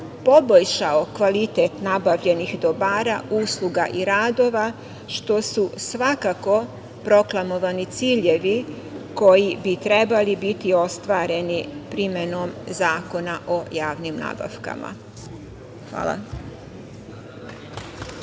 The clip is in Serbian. poboljšao kvalitet nabavljenih dobara usluga i radova, što su svakako proklamovani ciljevi koji bi trebali biti ostvareni primenom zakona o javnim nabavkama? Hvala.